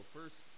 First